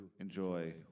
enjoy